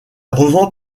revend